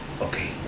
Okay